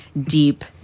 deep